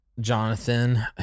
Jonathan